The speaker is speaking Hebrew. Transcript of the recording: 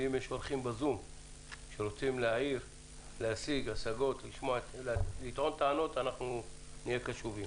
ואם יש אורחים בזום שרוצים להעיר הערות אנחנו נהיה קשובים.